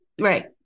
Right